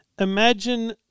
Imagine